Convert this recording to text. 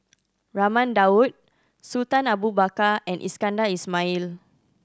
Raman Daud Sultan Abu Bakar and Iskandar Ismail